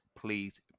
please